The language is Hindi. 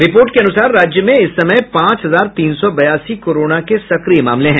रिपोर्ट के अनुसार राज्य में इस समय पांच हजार तीन सौ बयासी कोरोना के सक्रिय मामले हैं